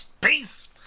Peace